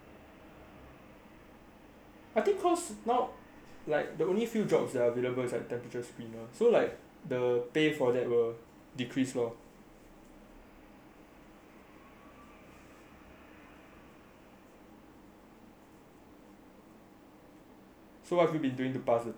I think cause now like the only few jobs that are available is like temperature screener so like the pay for will decrease loh so what you've been doing to pass the time while stuck at home with nigel